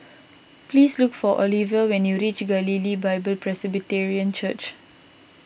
please look for Oliva when you reach Galilee Bible Presbyterian Church